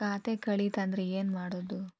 ಖಾತೆ ಕಳಿತ ಅಂದ್ರೆ ಏನು ಮಾಡೋದು?